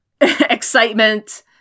excitement